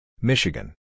Michigan